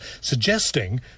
suggesting